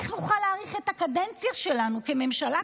איך נוכל להאריך את הקדנציה שלנו כממשלה,